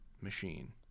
machine